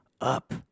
up